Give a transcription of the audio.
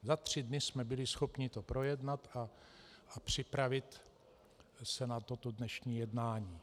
Za tři dny jsme byli schopni to projednat a připravit se na toto dnešní jednání.